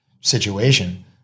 situation